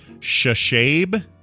Shashabe